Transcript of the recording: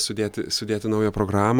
sudėti sudėti naują programą